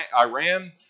Iran